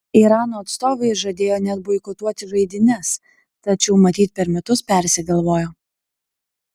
irano atstovai žadėjo net boikotuoti žaidynes tačiau matyt per metus persigalvojo